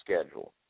schedule